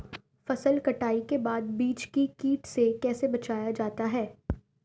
फसल कटाई के बाद बीज को कीट से कैसे बचाया जाता है?